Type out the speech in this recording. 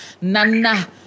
Nana